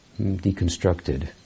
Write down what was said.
deconstructed